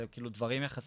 אלה דברים יחסית פשוטים.